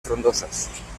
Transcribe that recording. frondosas